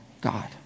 God